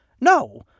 No